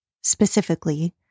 specifically